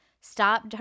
Stop